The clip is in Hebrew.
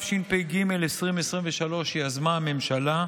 התשפ"ג 2023, שיזמה הממשלה.